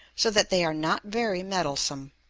so that they are not very meddlesome.